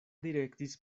direktis